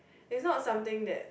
is not something that